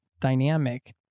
dynamic